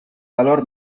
valor